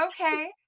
okay